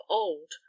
old